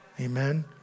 Amen